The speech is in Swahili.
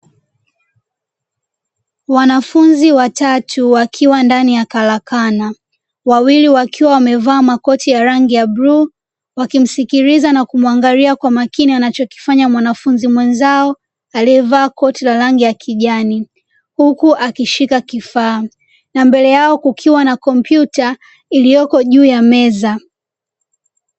Wanafunzi watatu wakiwa ndani ya karakana, wawili wakiwa wamevaa makoti ya rangi ya bluu, wakimsikiliza na kumwangalia kwa makini anachokifanya mwanafunzi mwenzao, aliyevaa koti la rangi ya kijani, huku akishika Kifaa, na mbele yao kukiwa na kompyuta iliyoko juu ya meza.